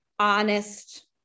honest